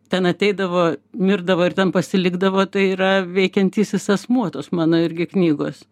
ten ateidavo mirdavo ir ten pasilikdavo tai yra veikiantysis asmuo tos mano irgi knygos